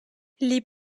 les